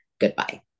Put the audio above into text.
goodbye